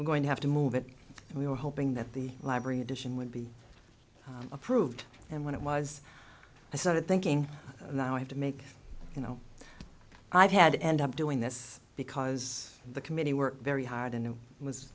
were going to have to move it and we were hoping that the library edition would be approved and when it was i started thinking that i have to make you know i've had it end up doing this because the committee worked very hard and it was